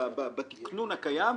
בתיקנון הקיים,